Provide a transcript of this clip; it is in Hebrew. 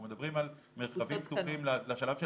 אנחנו מדברים על מרחבים פתוחים לשלב של